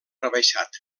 rebaixat